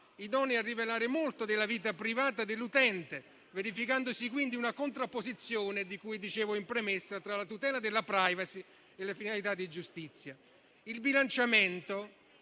idonei a rivelare molto della vita privata dell'utente, così verificandosi la contrapposizione, di cui ho detto in premessa, tra la tutela della *privacy* e le finalità di giustizia. Il bilanciamento